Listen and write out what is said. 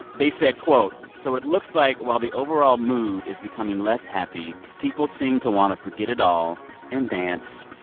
they said, quote, so it looks like while the overall mood is becoming less happy, people seem to want to forget it all and dance.